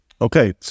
Okay